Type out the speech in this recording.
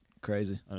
crazy